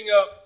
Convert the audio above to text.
up